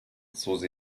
susi